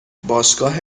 باشگاه